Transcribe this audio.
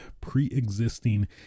pre-existing